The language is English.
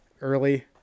early